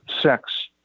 sex